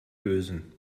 lösen